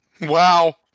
Wow